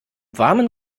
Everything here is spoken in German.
warmen